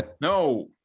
no